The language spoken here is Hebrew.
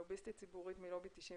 לוביסטית ציבורית מלובי 99